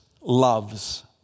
loves